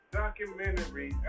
documentary